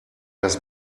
das